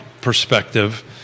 perspective